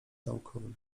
naukowym